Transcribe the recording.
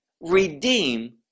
redeem